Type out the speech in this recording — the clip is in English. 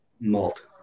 malt